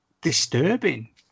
disturbing